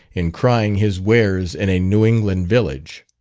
in crying his wares in a new england village.